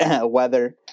weather